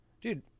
Dude